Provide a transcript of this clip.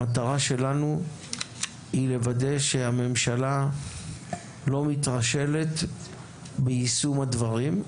המטרה שלנו היא לוודא שהממשלה לא מתרשלת ביישום הדברים.